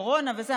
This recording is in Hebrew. קורונה וזה?